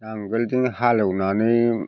नांगोलजों हालेवनानै